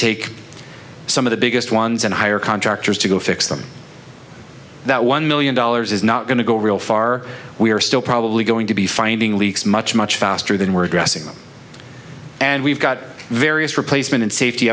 take some of the biggest ones and hire contractors to go fix them that one million dollars is not going to go real far we are still probably going to be finding leaks much much faster than we're addressing them and we've got various replacement and safety